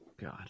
God